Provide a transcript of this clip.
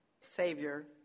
Savior